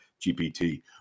GPT